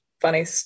funny